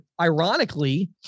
ironically